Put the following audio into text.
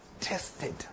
Tested